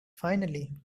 finally